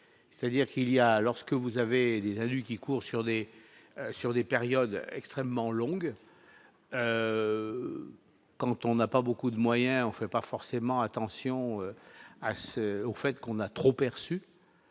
c'est-à-dire qu'il y a, lorsque vous avez déjà lu qui court sur des sur des périodes extrêmement longue, quand on n'a pas beaucoup de moyens en fait pas forcément attention à ce au fait qu'on a trop perçu